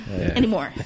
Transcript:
anymore